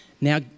Now